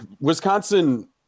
Wisconsin